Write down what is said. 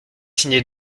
signé